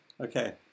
Okay